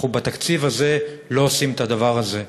אנחנו בתקציב הזה לא עושים את הדבר הזה.